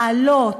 מעלות,